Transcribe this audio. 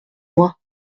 mois